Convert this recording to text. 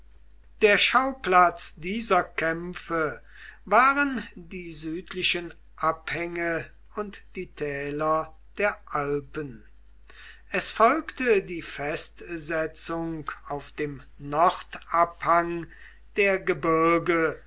der schauplatz dieser kämpfe waren die südlichen abhänge und die täler der alpen es folgte die festsetzung auf dem nordabhang der gebirge